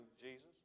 Jesus